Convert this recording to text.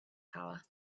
power